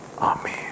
Amen